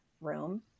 room